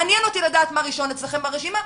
מעניין אותי לדעת מה ראשון אצלכם ברשימה,